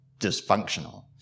dysfunctional